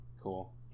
Cool